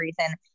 reason